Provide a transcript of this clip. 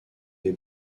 des